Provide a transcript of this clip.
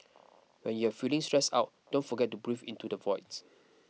when you are feeling stressed out don't forget to breathe into the void